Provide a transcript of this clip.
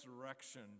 resurrection